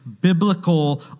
biblical